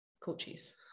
coaches